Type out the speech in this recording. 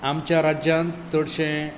आमच्या राज्यांत चडशें